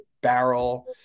barrel